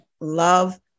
love